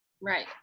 right